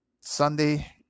Sunday